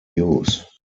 use